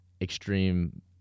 extreme